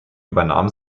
übernahm